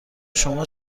شما